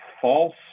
false